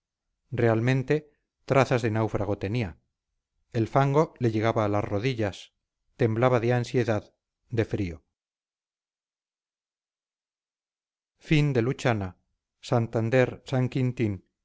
realmente trazas de náufrago tenía el fango le llegaba a las rodillas temblaba de ansiedad de frío santander